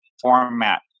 format